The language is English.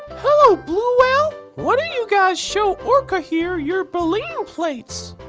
hello, blue whale! why don't you guys show orca here your baleen plates!